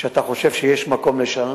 ואתה חושב שיש מקום לשנות,